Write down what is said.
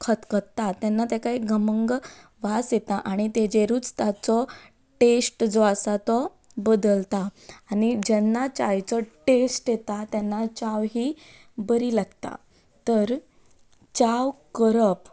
खतखत्ता तेन्ना ताका एक गमंग वास येता आनी ताजेरूच ताचो टेस्ट जो आसा तो बदलता आनी जेन्ना चावेचो टेस्ट येता तेन्ना च्या ही बरी लागता तर च्या करप